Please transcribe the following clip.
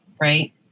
right